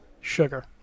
sugar